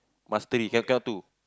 must three cannot cannot two